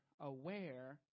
aware